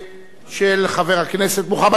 של חבר הכנסת מוחמד ברכה,